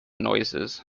noises